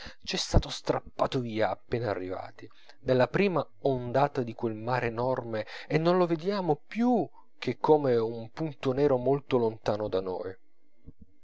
casa c'è stato strappato via appena arrivati dalla prima ondata di quel mare enorme e non lo vediamo più che come un punto nero molto lontano da noi